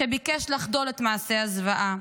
שביקש לחדול את מעשי הזוועה?